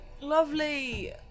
Lovely